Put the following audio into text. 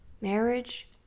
Marriage